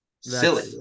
Silly